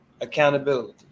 accountability